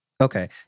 Okay